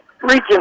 Region